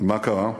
ומה קרה?